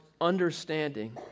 understanding